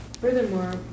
Furthermore